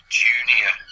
junior